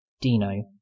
Dino